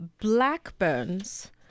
Blackburns